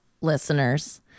listeners